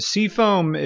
Seafoam